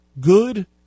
good